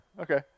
Okay